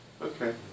Okay